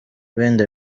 wenda